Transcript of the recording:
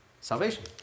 Salvation